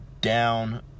down